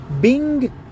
Bing